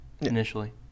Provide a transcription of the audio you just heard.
initially